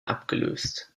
abgelöst